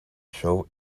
show